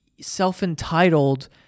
self-entitled